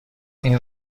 این